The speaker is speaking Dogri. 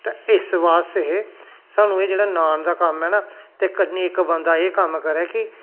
ते इस बास्ते सानूं एह् जेहड़ा नान दा कम्म ऐ ना ते कन्ने इक बंदा एह् कम्म करै कि